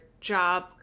job